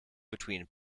between